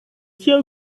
your